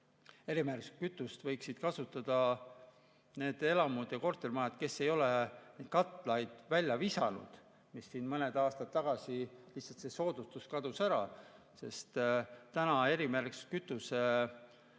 erimärgistatud kütust võiksid kasutada need elamud ja kortermajad, kes ei ole neid katlaid välja visanud – mõned aastad tagasi lihtsalt see soodustus kadus ära, sest erimärgistatud kütuse